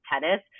tennis